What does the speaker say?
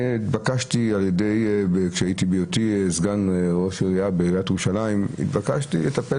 בהיותי סגן ראש עירייה בעיריית ירושלים התבקשתי לטפל